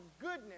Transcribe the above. goodness